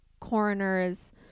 coroners